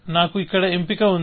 నాకు ఇక్కడ ఎంపిక ఉంది